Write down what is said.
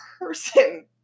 person